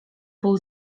był